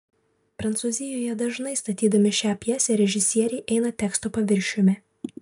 prancūzijoje dažnai statydami šią pjesę režisieriai eina teksto paviršiumi